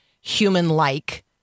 human-like